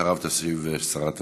אחריו תשיב שרת המשפטים.